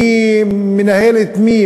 מי מנהל את מי?